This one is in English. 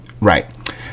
Right